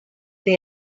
they